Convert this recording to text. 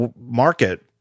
market